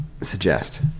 suggest